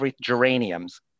geraniums